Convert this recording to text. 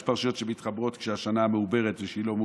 יש פרשיות שמתחברות כשהשנה מעוברת וכשהיא לא מעוברת.